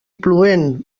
plovent